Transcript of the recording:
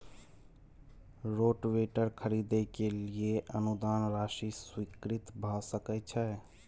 Rotavator खरीदे के लिए अनुदान राशि स्वीकृत भ सकय छैय?